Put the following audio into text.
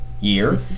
year